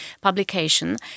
publication